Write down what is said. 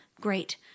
Great